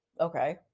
Okay